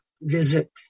visit